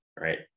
right